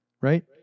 right